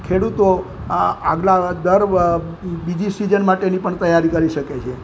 ખેડૂતો આ આગલા દર વ બીજી સિઝન માટેની પણ તૈયારી કરી શકે છે